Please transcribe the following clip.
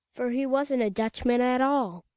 for he wasn't a dutchman at all.